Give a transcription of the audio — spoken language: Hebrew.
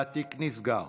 והתיק נסגר.